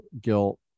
guilt